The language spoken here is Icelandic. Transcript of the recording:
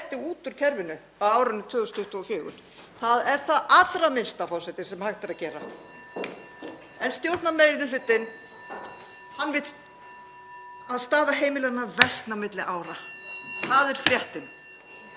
Það er það allra minnsta, forseti, sem hægt er að gera. En stjórnarmeirihlutinn vill að staða heimilanna versni á milli ára. Það er fréttin.